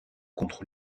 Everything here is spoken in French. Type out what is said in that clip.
contre